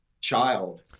child